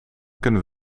kunnen